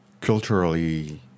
culturally